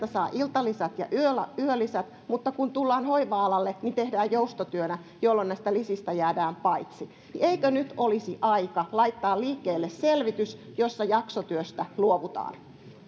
saa iltalisät ja yölisät mutta kun tullaan hoiva alalle niin tehdään joustotyönä jolloin näistä lisistä jäädään paitsi eikö nyt olisi aika laittaa liikkeelle selvitys jossa jaksotyöstä luovutaan